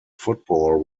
football